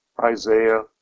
Isaiah